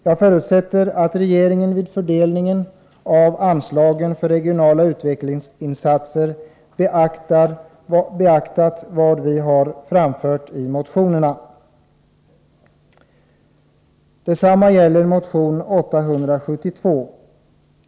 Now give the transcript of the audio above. Jag förutsätter att regeringen vid fördelningen av anslagen för regionala utvecklingsinsatser beaktar vad vi har framfört i motionerna. Detsamma gäller motion 872.